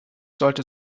sollte